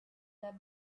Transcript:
the